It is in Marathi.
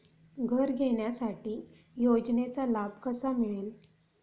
घर घेण्यासाठी योजनेचा लाभ कसा मिळेल?